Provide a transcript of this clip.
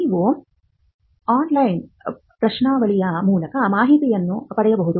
ನೀವು ಆನ್ಲೈನ್ ಪ್ರಶ್ನಾವಳಿಯ ಮೂಲಕ ಮಾಹಿತಿಯನ್ನು ಪಡೆಯಬಹುದು